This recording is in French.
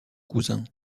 cousin